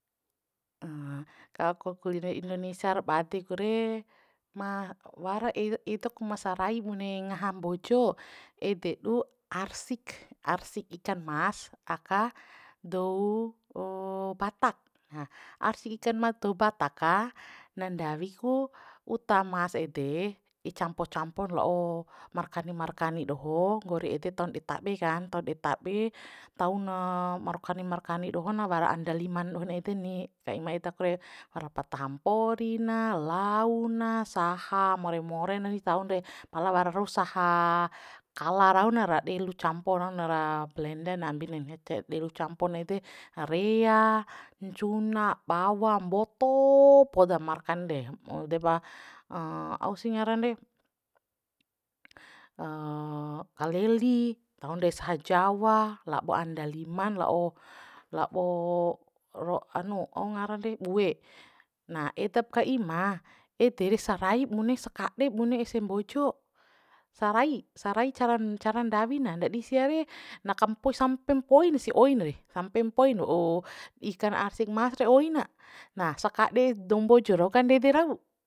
kalo kukuline indenesia ra bade ku re ma wara edak ma sarai bune ngaha mbojo ede du arsik arsik ikan mas aka dou batak na arsik ikan mas dou batak ka na ndawi ku uta mas ede di campo campon la'o markani markani doho nggori ede taun dei tabe kan tau dei tabe tauna markani markani doho na wara andalima dohon ede ni ka ima edak re wara pataha mpori na lau na saha more more nani taun re pala wara rau saha kala rauna ra delu campo na na ra blende na ambin delu campon ede rea ncuna bawa mboto poda markan de ede pa ausih ngaran re kaleli taun de saha jawa labo andaliman la'o labo hanu aungaran re bue na edap ka ima ede re saraip bunes sakad'e bune ese mbojo sarai sarai cara carn ndawi na nadi sia re na kampoi sampe mpoi nasi oi na re sampe mpoi na wa'u ikan arsik mas re oi na na sakad'e dou mbojo rau kan ndede rau